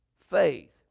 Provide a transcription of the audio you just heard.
faith